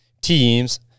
teams